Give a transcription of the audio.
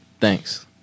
Thanks